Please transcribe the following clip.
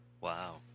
Wow